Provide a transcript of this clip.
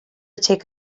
take